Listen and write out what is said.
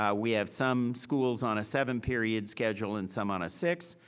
yeah we have some schools on a seven period schedule and some on a six.